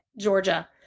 Georgia